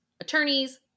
attorneys